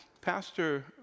Pastor